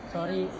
Sorry